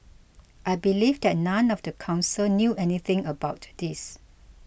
I believe that none of the council knew anything about this